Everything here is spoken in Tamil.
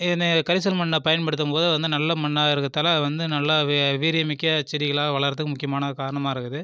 இந்த கரிசல் மண்ணை பயன்படுத்தும் போது அது வந்து நல்ல மண்ணாக இருக்கிறதுனால அது வந்து நல்லா வீரியமிக்க செடிகளாக வளர்றதுக்கு முக்கியமான காரணமாக இருக்குது